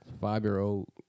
five-year-old